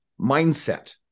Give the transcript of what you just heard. mindset